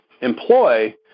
employ